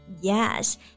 Yes